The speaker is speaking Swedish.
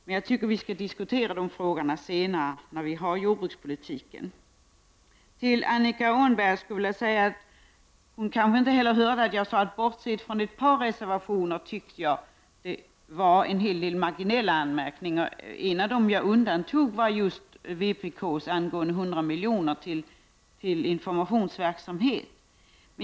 Men låt oss alltså diskutera dessa frågor när vi har att behandla jordbrukspolitiken. Annika Åhnberg hörde kanske inte att jag sade att förslagen i en del reservationer innebar marginella förändringar men att jag därvidlag undantog vpk-reservationen om 100 milj.kr. till informationsverksamhet.